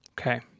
okay